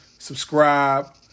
Subscribe